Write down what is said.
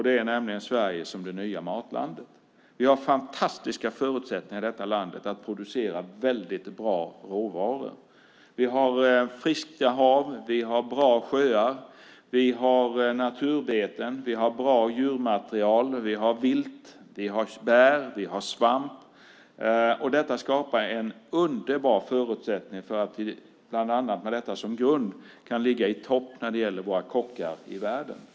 Det är Sverige som det nya matlandet. Vi har fantastiska förutsättningar i detta land att producera väldigt bra råvaror. Vi har friska hav. Vi har bra sjöar. Vi har naturbeten. Vi har bra djurmaterial. Vi har vilt. Vi har bär. Vi har svamp. Detta skapar en underbar förutsättning för att vi, bland annat med detta som grund, ska kunna ligga i topp när det gäller våra kockar i världen.